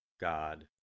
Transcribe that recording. God